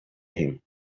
him